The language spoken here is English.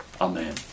Amen